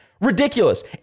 Ridiculous